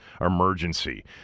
emergency